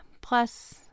plus